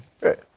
Right